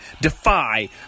Defy